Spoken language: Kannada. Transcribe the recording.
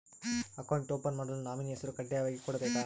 ಅಕೌಂಟ್ ಓಪನ್ ಮಾಡಲು ನಾಮಿನಿ ಹೆಸರು ಕಡ್ಡಾಯವಾಗಿ ಕೊಡಬೇಕಾ?